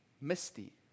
Misty